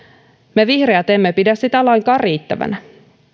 me vihreät emme pidä sitä lainkaan riittävänä